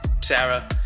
Sarah